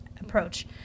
approach